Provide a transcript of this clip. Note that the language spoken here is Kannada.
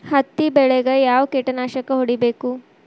ಹತ್ತಿ ಬೆಳೇಗ್ ಯಾವ್ ಕೇಟನಾಶಕ ಹೋಡಿಬೇಕು?